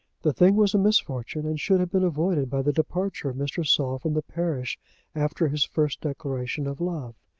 the thing was a misfortune, and should have been avoided by the departure of mr. saul from the parish after his first declaration of love.